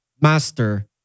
Master